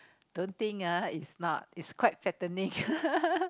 don't think uh is not is quite fattening